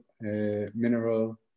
mineral